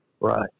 Right